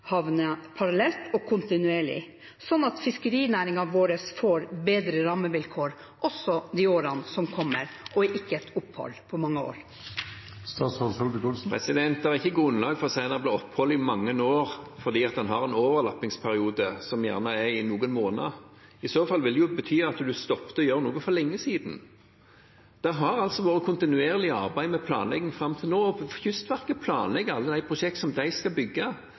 fiskerihavner parallelt og kontinuerlig, sånn at fiskerinæringen vår får bedre rammevilkår også i de årene som kommer, og at vi ikke får et opphold på mange år? Det er ikke grunnlag for å si at det blir opphold i mange år fordi man har en overlappingsperiode, som gjerne er noen måneder. I så fall ville det bety at man stoppet å gjøre noe for lenge siden. Det har vært kontinuerlig arbeid med planlegging fram til nå, og Kystverket planlegger alle de prosjekt som de skal bygge.